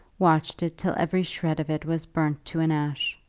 watched it till every shred of it was burnt to an ash.